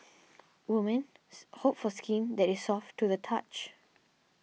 women's hope for skin that is soft to the touch